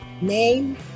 name